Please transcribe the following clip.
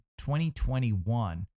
2021